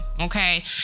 okay